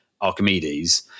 Archimedes